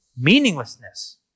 meaninglessness